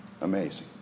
Amazing